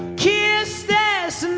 kiss this.